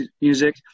music